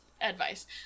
advice